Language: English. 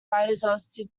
writers